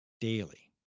daily